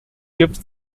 gifts